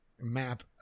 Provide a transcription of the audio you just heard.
map